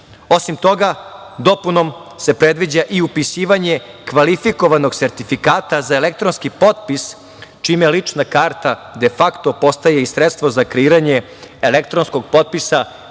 Osim toga, dopunom se predviđa i upisivanje kvalifikovanog sertifikata za elektronski potpis čime lična karata defakto postaje i sredstvo za kreiranje elektronskog potpisa